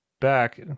back